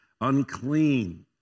unclean